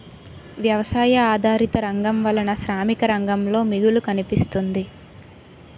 వ్యవసాయ ఆధారిత రంగం వలన శ్రామిక రంగంలో మిగులు కనిపిస్తుంది